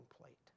plate